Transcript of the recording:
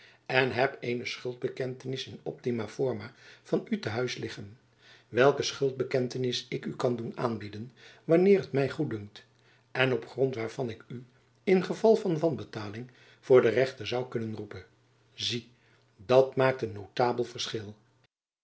en heb eene schuldbekentenis in optima forma van u te huis liggen welke schuldbekentenis ik u kan doen aanbieden wanneer het my goeddunkt en op grond waarvan ik u in geval van wanbetaling voor den rechter zoû kunnen roepen zie dat maakt een notabel verschil